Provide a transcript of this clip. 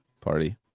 party